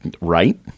Right